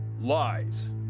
Lies